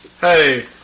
Hey